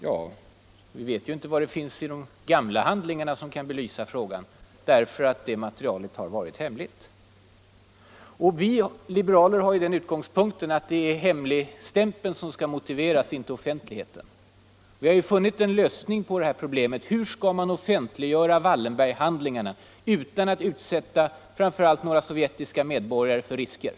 Ja, vi vet ju inte ens vad som finns i de gamla handlingarna som kan belysa frågan, eftersom detta material är hemligt. Vi liberaler har den utgångspunkten att det är hemligstämpeln som skall motiveras, inte offentligheten. Vi har funnit en lösning på frågan hur man skall offentliggöra Wallenberghandlingarna utan att utsätta framför allt några sovjetiska medborgare för risker.